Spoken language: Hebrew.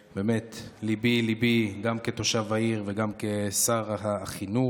ומקשיב, ליבי ליבי, גם כתושב העיר וגם כשר החינוך.